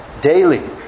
daily